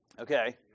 Okay